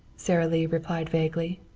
sara lee replied vaguely.